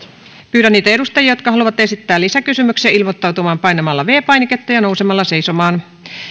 pyydän niitä edustajia jotka haluavat esittää lisäkysymyksen ilmoittautumaan painamalla viides painiketta ja nousemalla seisomaan